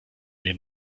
den